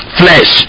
flesh